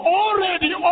already